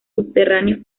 subterráneos